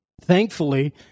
Thankfully